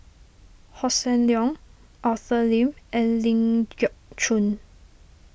Hossan Leong Arthur Lim and Ling Geok Choon